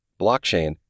blockchain